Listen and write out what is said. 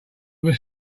was